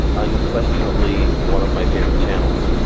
unquestionably one of my favorite channels.